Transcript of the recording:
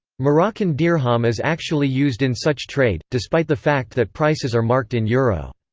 moroccan dirham is actually used in such trade, despite the fact that prices are marked in euro.